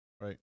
Right